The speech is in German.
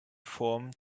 form